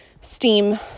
steam